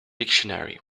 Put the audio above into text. dictionary